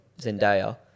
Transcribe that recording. Zendaya